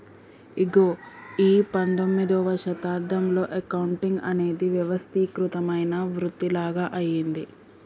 ఇగో ఈ పందొమ్మిదవ శతాబ్దంలో అకౌంటింగ్ అనేది వ్యవస్థీకృతమైన వృతిలాగ అయ్యింది